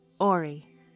Ori